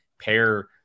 pair